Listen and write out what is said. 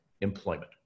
employment